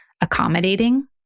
accommodating